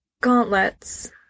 Gauntlets